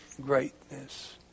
greatness